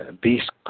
Beast